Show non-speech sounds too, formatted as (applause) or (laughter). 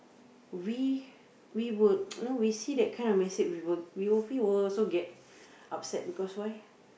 we we would (noise) you know we see that kind of message we will we will feel will also get upset because why